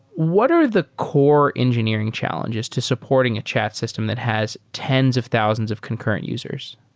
what are the core engineering challenges to supporting a chat system that has tens of thousands of concurrent users?